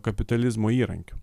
kapitalizmo įrankiu